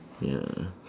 ya